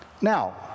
Now